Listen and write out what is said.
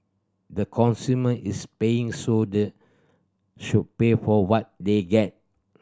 the consumer is paying so they should pay for what they get